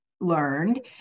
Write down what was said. learned